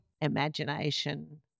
imagination